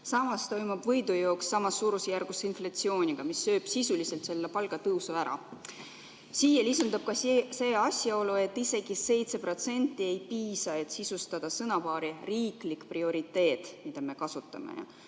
Samas toimub võidujooks samas suurusjärgus inflatsiooniga, mis sööb sisuliselt selle palgatõusu ära. Siia lisandub ka see asjaolu, et isegi 7% ei piisa, et sisustada sõnapaari "riiklik prioriteet", mida me kasutame.